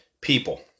people